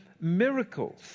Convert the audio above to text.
miracles